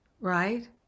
right